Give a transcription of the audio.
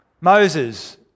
Moses